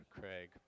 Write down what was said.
Craig